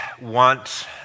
want